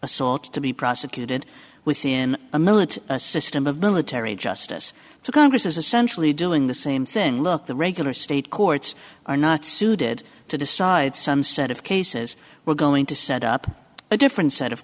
assault to be prosecuted within a millet system of military justice so congress is essentially doing the same thing look the regular state courts are not suited to decide some set of cases we're going to set up a different set of